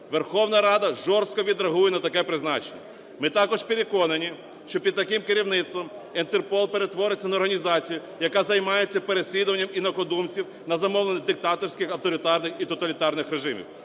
Верховна Рада жорстко відреагує на таке призначення. Ми також переконані, що під таким керівництвом Інтерпол перетвориться на організацію, яка займається переслідуванням інакодумців на замовлення диктаторських, авторитарних і тоталітарних режимів.